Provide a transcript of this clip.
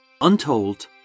untold